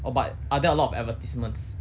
oh but are there a lot of advertisements